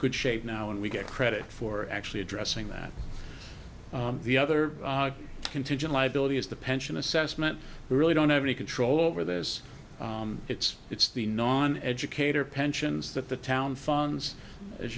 good shape now and we get credit for actually addressing that the other contingent liability is the pension assessment we really don't have any control over this it's it's the non educator pensions that the town funds